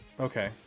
okay